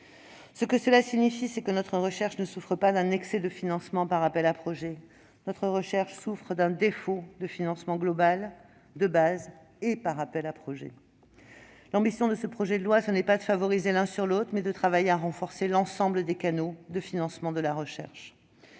de base des laboratoires. Notre recherche ne souffre pas d'un excès de financement par appel à projets : notre recherche souffre d'un défaut de financement global, de base et par appel à projets. L'ambition de ce projet de loi, c'est non pas de favoriser l'un par rapport à l'autre, mais bien de travailler à renforcer l'ensemble des canaux de financement de la recherche.